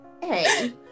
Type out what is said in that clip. hey